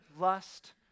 lust